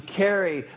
carry